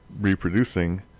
reproducing